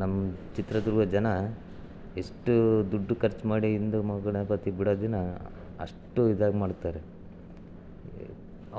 ನಮ್ಮ ಚಿತ್ರದುರ್ಗದ ಜನ ಎಷ್ಟು ದುಡ್ಡು ಖರ್ಚು ಮಾಡಿ ಹಿಂದೂ ಮಹಾಗಣಪತಿ ಬಿಡೋ ದಿನ ಅಷ್ಟು ಇದಾಗಿ ಮಾಡ್ತಾರೆ